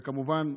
וכמובן,